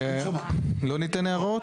לא ניתן הערות?